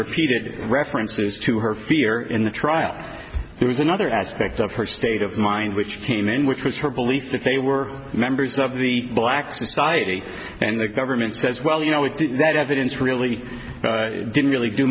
repeated references to her fear in the trial there was another aspect of her state of mind which came in which was her belief that they were members of the black society and the government says well you know what that evidence really didn't really do